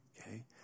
okay